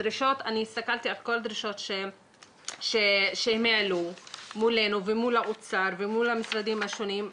הסתכלתי על כל הדרישות שהם העלו מולנו ומול האוצר והמשרדים השונים.